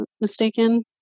mistaken